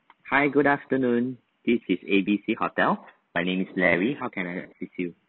hi good afternoon this is A B C hotel my name is larry how can I assist you